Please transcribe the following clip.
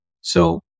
So-